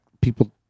people